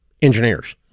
Engineers